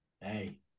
Hey